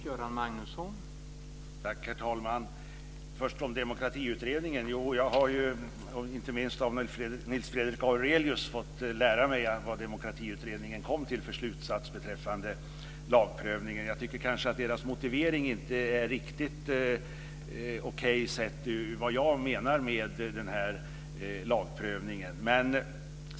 Herr talman! När det först gäller Demokratiutredningen har jag inte minst av Nils Fredrik Aurelius fått lära mig vad den kom fram till för slutsats beträffande lagprövningen. Jag tycker kanske att deras motivering inte är riktigt okej utifrån vad jag menar med lagprövningen.